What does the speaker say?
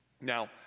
Now